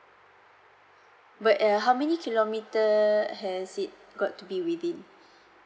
but uh how many kilometre has it got to be within